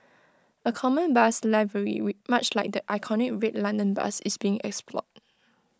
A common bus livery we much like the iconic red London bus is being explored